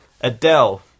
Adele